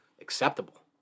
acceptable